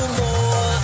more